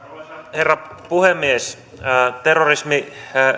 herra puhemies terrorismi